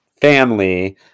family